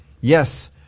Yes